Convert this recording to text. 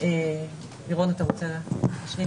של אדם לא לנהוג כשאין בידו רשיון נהיגה בתוקף,